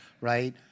right